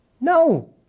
No